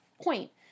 point